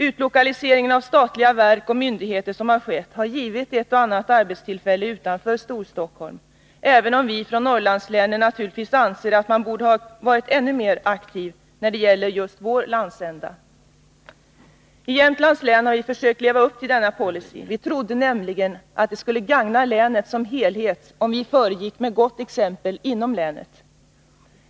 Utlokaliseringen av statliga verk och myndigheter som har skett har givit ett och annat arbetstillfälle utanför Storstockholm — även om vi från Norrlandslänen naturligtvis anser att man borde ha varit ännu mer aktiv när det gäller just vår landsända. I Jämtlands län har vi försökt leva upp till denna policy. Vi trodde nämligen att det skulle gagna länet som helhet, om vi föregick med gott exempel inom länet.